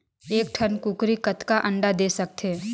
एक ठन कूकरी कतका अंडा दे सकथे?